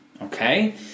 Okay